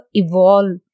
evolve